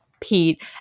Pete